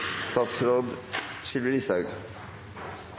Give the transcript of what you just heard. statsråd Listhaug